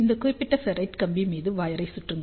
இந்த குறிப்பிட்ட ஃபெரைட் கம்பி மீது வயரைச் சுற்றிங்கள்